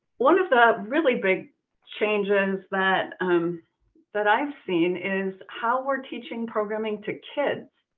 one of the really big changes that um that i've seen is how we're teaching programming to kids.